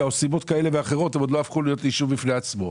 או סיבות כאלה ואחרות הם עוד לא הפכו להיות ישוב בפני עצמו.